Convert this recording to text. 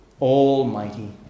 almighty